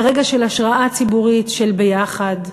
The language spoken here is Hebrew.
ברגע של השראה ציבורית של ביחד,